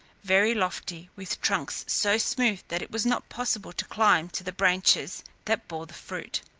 very lofty, with trunks so smooth that it was not possible to climb to the branches that bore the fruit.